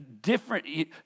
different